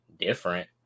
different